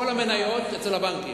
כל המניות אצל הבנקים.